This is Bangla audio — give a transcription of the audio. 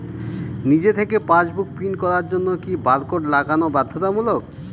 নিজে থেকে পাশবুক প্রিন্ট করার জন্য কি বারকোড লাগানো বাধ্যতামূলক?